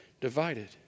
divided